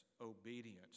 Obedience